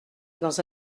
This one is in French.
dans